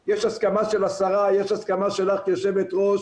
צוות ההסברה הוא העיניים והאוזניים של ראש הרשות או ראש המועצה,